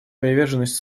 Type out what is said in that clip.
приверженность